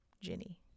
Ginny